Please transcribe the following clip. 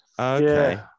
Okay